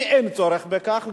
אם אין צורך בכך,